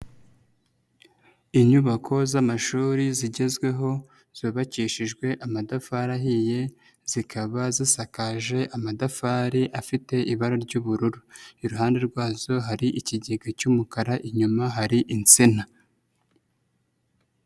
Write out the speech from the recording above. lnyubako z'amashuri zigezweho ,zubakishijwe amatafari ahiye, zikaba zisakaje amatafari afite ibara ry'ubururu, iruhande rwazo hari ikigega cy'umukara, inyuma hari insina.